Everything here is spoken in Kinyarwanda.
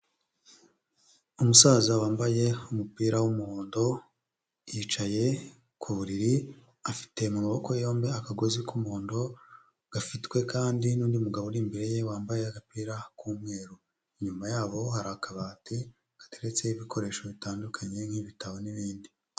Umusaza wambaye umupira w'umuhondo yicaye ku buriri, afite mu maboko yombi akagozi k'umuhondo gafitwe kandi n'undi mugabo uri imbere ye wambaye agapira k'umweru, inyuma yabo hari akabati gateretseho ibikoresho bitandukanye nk'ibitabo n'ibindi.